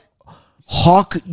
Hawk